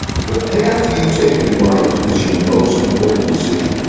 the path you take in life is your most important decision.